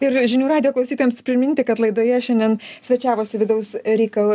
ir žinių radijo klausytojams priminti kad laidoje šiandien svečiavosi vidaus reikal